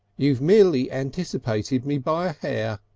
you've merely anti-separated me by a hair,